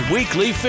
Weekly